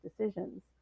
decisions